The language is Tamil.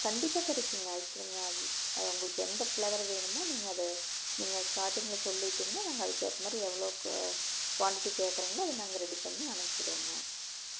கண்டிப்பாக கிடைக்குங்க ஐஸ்கிரீமுலாம் உங்களுக்கு எந்த பிளேவர் வேணுமோ நீங்கள் அதை நீங்கள் ஸ்டார்ட்டிங்லாம் சொல்லிவிட்டிங்கனா நாங்கள் அதற்கு ஏற்ற மாதிரி எவ்வளோ கு குவான்டிட்டி கேட்குறிங்களோ அதை நாங்கள் ரெடி பண்ணி அனுப்பிசுருவோங்க